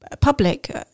Public